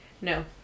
No